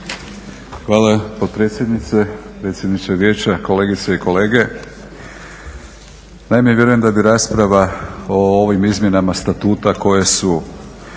Hvala potpredsjednice, predsjedniče vijeća, kolegice i kolege. Naime, vjerujem da bi rasprava o ovim izmjenama statuta koje su